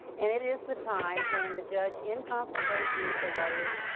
and it is the time when the judge, in consultation with the lawyers,